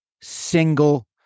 single